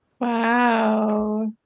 wow